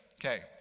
okay